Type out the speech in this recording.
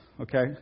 Okay